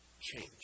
change